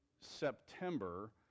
September